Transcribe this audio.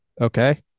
Okay